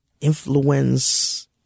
Influence